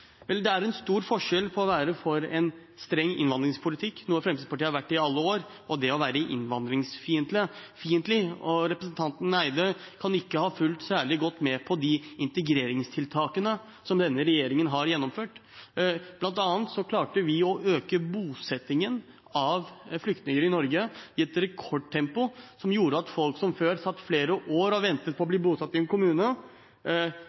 Vel, det er stor forskjell på å være for en streng innvandringspolitikk, noe Fremskrittspartiet har vært i alle år, og det å være innvandringsfiendtlig. Representanten Eide kan ikke ha fulgt særlig godt med på de integreringstiltakene som denne regjeringen har gjennomført. Blant annet klarte vi å øke bosettingen av flyktninger i Norge i rekordtempo, som gjorde at folk som før satt flere år og ventet på å